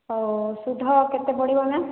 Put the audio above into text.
ହେଉ ସୁଧ କେତେ ପଡ଼ିବ ମ୍ୟାମ